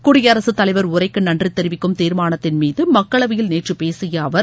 குடியரசு தலைவர் உரைக்கு நன்றி தெரிவிக்கும் தீர்மானத்தின் மீது மக்களவையில் நேற்று பேசிய அவர்